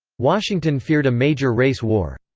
washington feared a major race war.